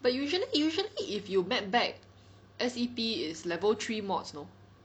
but usually usually if you map back S_E_P is level three mods know